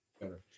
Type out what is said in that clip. better